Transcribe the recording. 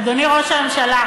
אדוני ראש הממשלה,